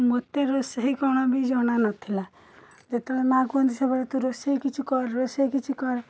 ମୋତେ ରୋଷେଇ କ'ଣବି ଜଣା ନଥିଲା ଯେତେବେଳେ ମାଁ କହନ୍ତି ସବୁବେଳେ ତୁ ରୋଷେଇ କିଛି କର ରୋଷେଇ କିଛି କର